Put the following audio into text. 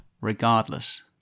regardless